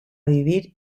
vivir